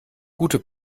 gute